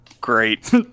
great